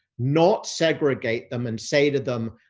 not segregate them and say to them,